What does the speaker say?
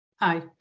Hi